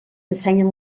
ensenyen